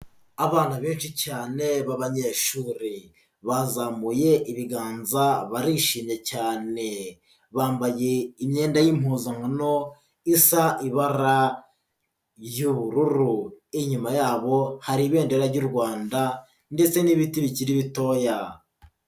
Abana benshi cyane b'abanyeshuri, bazamuye ibiganza barishimye cyane, bambaye imyenda y'impuzankano isa ibara ry'ubururu, inyuma yabo hari ibendera ry'u Rwanda ndetse n'ibiti bikiri bitoya.